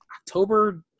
October –